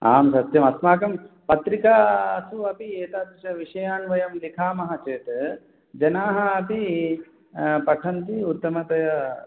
आं सत्यं अस्माकं पत्रिकासु अपि एतादृशविषयान् वयं लिखामः चेत् जनाः अपि पठन्ति उत्तमतया